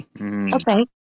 Okay